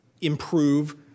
improve